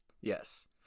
Yes